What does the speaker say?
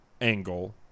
angle